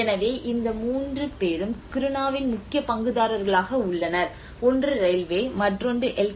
எனவே இந்த 3 பேரும் கிருணாவின் முக்கிய பங்குதாரர்களாக உள்ளனர் ஒன்று ரயில்வே மற்றொன்று எல்